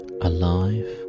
alive